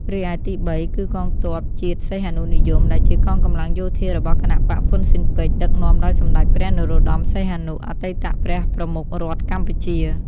រីឯទីបី គឺកងទ័ពជាតិសីហនុនិយម ដែលជាកងកម្លាំងយោធារបស់គណបក្សហ៊្វុនស៊ិនប៉ិច ដឹកនាំដោយសម្ដេចព្រះនរោត្ដម សីហនុ អតីតព្រះប្រមុខរដ្ឋកម្ពុជា។